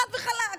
חד וחלק.